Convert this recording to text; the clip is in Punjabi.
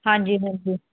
ਹਾਂਜੀ ਹਾਂਜੀ